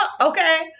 Okay